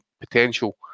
potential